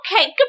Okay